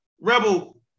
Rebel